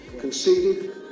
conceded